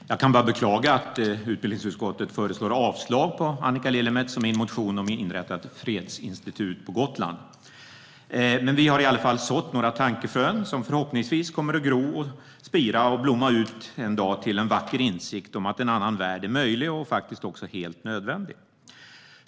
Herr talman! Jag kan bara beklaga att utbildningsutskottet föreslår avslag på Annika Lillemets och min motion om att inrätta ett fredsinstitut på Gotland. Men vi har i alla fall sått några tankefrön, som förhoppningsvis kommer att gro och spira och en dag blomma ut till en vacker insikt om att en annan värld är möjlig och faktiskt också helt nödvändig.